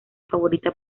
favorita